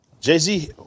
jay-z